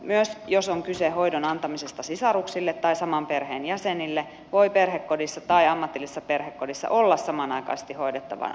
myös jos on kyse hoidon antamisesta sisaruksille tai saman perheen jäsenille voi perhekodissa tai ammatillisessa perhekodissa olla samanaikaisesti hoidettavana useampi henkilö